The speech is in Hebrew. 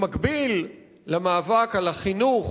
במקביל למאבק על החינוך,